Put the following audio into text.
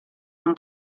non